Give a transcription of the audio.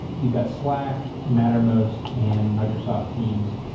you've got slack, mattermost and microsoft teams.